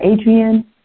Adrian